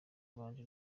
abandi